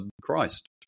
Christ